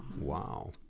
Wow